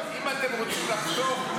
אם אתם רוצים לחסוך,